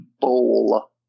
bowl